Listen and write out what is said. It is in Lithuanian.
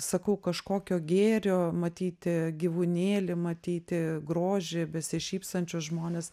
sakau kažkokio gėrio matyti gyvūnėlį matyti grožį besišypsančius žmones